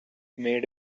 made